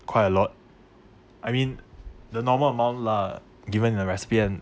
quite a lot I mean the normal amount lah given in a recipe and